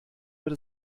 wird